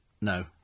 no